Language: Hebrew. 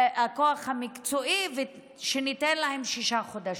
הכוח המקצועי, ושניתן להם שישה חודשים.